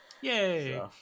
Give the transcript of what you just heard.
Yay